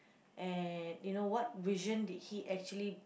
and you know what vision did he actually